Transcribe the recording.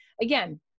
again